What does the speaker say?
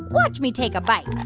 watch me take a bite